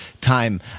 time